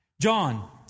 John